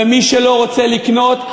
ומי שלא רוצה לקנות,